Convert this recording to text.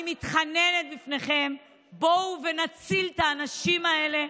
אני מתחננת בפניכם, בואו ונציל את האנשים האלה.